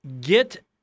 Get